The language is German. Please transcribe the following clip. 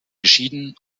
geschieden